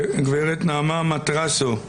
גברת נעמה מטרסו,